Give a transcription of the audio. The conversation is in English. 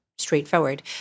straightforward